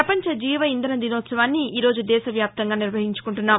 ప్రపంచ జీవ ఇంధన దినోత్సవాన్ని ఈ రోజు దేశవ్యాప్తంగా నిర్వహించుకుంటున్నాం